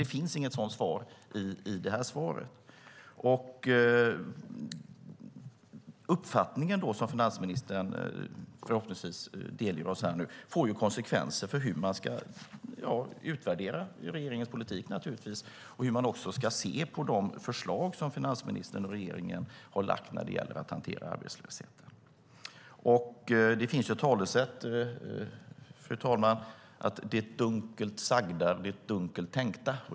Det framgår inte av det svar jag fått. Den uppfattning som finansministern förhoppningsvis delger oss får konsekvenser för hur man ska utvärdera regeringens politik och även för hur man ska se på de förslag som finansministern och regeringen lagt fram när det gäller att hantera arbetslösheten. Det finns ett talesätt, fru talman, som lyder: Det dunkelt sagda är det dunkelt tänkta.